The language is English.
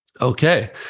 Okay